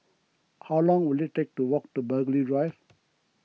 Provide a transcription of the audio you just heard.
how long will it take to walk to Burghley Drive